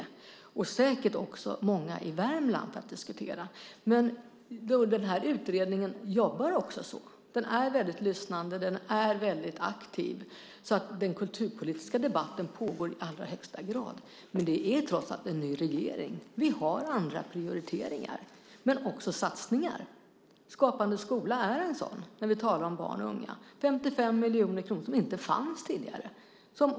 Det gäller säkert också många i Värmland. Utredningen jobbar så. Den är väldigt lyssnande och väldigt aktiv. Den kulturpolitiska debatten pågår i allra högsta grad. Men det är trots allt en ny regering. Vi har andra prioriteringar men också satsningar. Skapande skola är en sådan när vi talar om barn och ungdomar. Det är 55 miljoner kronor som inte fanns tidigare.